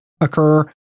occur